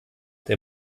der